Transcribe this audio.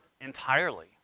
entirely